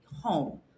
home